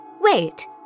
Wait